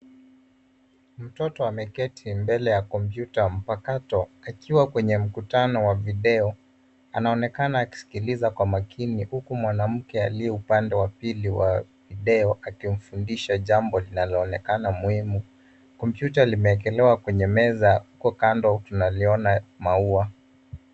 Mtoto ameketi mbele ya kompyuta mpakato akiwa kwenye mkutano wa video. Anaonekana akisikiliza kwa makini huku mwanamke aliye upande wa pili wa video akimfundisha jambo linaloonekana muhimu. Kompyuta limewekelewa kwenye meza huku kando tunaonan maua.